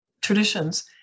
traditions